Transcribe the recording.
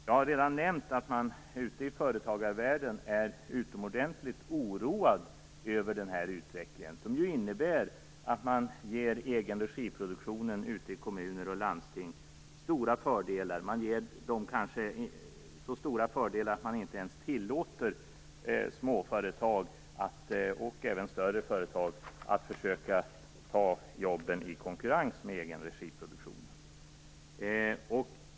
Jag har redan nämnt att man ute i företagarvärlden är utomordentligt oroad över utvecklingen, som ju innebär att egen-regi-produktionen i kommuner och landsting ges stora fördelar. De kanske ges så stora fördelar att småföretag och även större företag inte ens tillåts att försöka ta jobben i konkurrens med egen-regi-produktionen.